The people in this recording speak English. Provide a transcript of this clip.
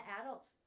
adults